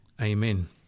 Amen